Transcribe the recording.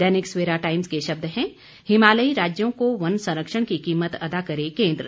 दैनिक Savera Times के शब्द हैं हिमालयी राज्यों को वन संरक्षण की कीमत अदा करे केन्द्र